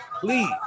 Please